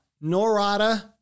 norada